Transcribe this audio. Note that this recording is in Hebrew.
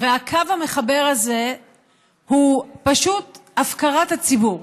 והקו המחבר הזה הוא פשוט הפקרת הציבור.